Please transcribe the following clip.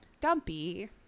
dumpy